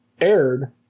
aired